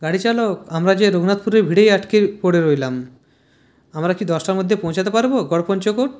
গাড়ি চালক আমরা যে রঘুনাথ পুরের ভিড়েই আঁটকে পরে রইলাম আমরা কি দশটার মধ্যে পৌঁছাতে পারবো গড়পঞ্চকোট